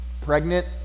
pregnant